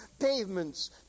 pavements